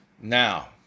Now